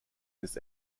this